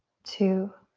two,